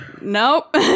Nope